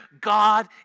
God